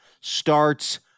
starts